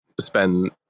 spend